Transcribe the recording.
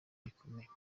rikomeye